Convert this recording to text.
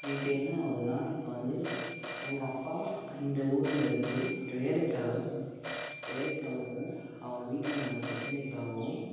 இப்போ என்ன ஆகுதுனா இப்போ வந்து எங்கள் அப்பா இந்த ஊரில் இருந்து வேலைக்காக வேலைக்காகவும் அவங்க வீட்டில் நடந்த பிரச்சனைக்காகவும்